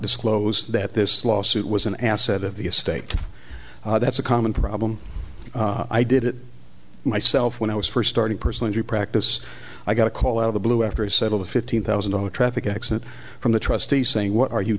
disclose that this lawsuit was an asset of the estate that's a common problem i did it myself when i was first starting personal injury practice i got a call out of the blue after he settled a fifteen thousand dollars traffic accident from the trustee saying what are you